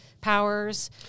powers